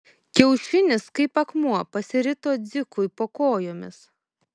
kiaušinis kaip akmuo pasirito dzikui po kojomis